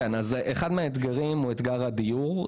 אחד מהאתגרים הוא אתגר הדיור.